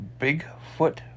Bigfoot